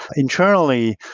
internally,